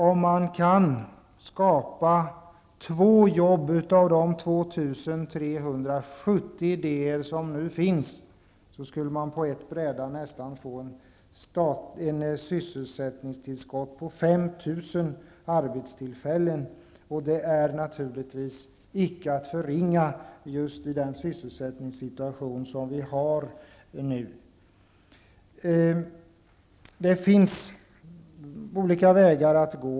Om man kan skapa två jobb av de 2 370 idéer som nu finns, skulle man på ett bräde få ett sysselsättningstillskott i form av nästan 5 000 arbetstillfällen. Och det är naturligtvis icke att förringa i den sysselsättningssituation som vi nu har. Det finns olika vägar att gå.